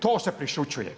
To se prešućuje.